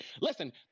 listen